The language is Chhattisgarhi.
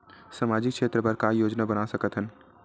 सामाजिक क्षेत्र बर का का योजना बना सकत हन?